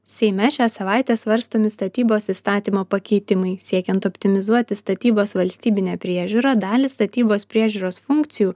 seime šią savaitę svarstomi statybos įstatymo pakeitimai siekiant optimizuoti statybos valstybinę priežiūrą dalį statybos priežiūros funkcijų